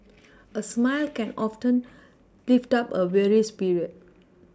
a smile can often lift up a weary spirit